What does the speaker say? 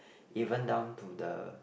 even down to the